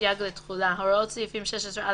סייג לתחולה 4. הוראות סעיפים 16א,